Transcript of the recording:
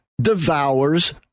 Devours